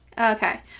okay